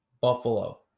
Buffalo